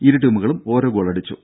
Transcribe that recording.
ഇരു ടീമുകളും ഓരോ ഗോളടിച്ചു